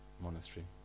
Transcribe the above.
monastery